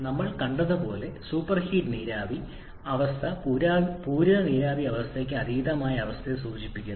നമ്മൾ കണ്ടതുപോലെ സൂപ്പർഹീഡ് നീരാവി അവസ്ഥ പൂരിത നീരാവി അവസ്ഥയ്ക്ക് അതീതമായ അവസ്ഥയെ സൂചിപ്പിക്കുന്നു